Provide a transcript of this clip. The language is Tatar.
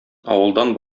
авылдан